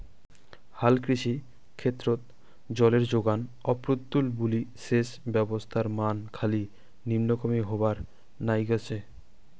হালকৃষি ক্ষেত্রত জলের জোগান অপ্রতুল বুলি সেচ ব্যবস্থার মান খালি নিম্নগামী হবার নাইগছে